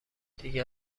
دیگه